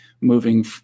moving